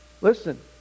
Listen